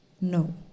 no